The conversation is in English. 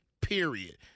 period